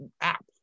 app